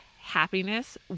happiness